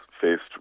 faced